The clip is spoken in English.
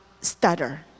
stutter